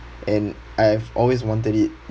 and I've always wanted it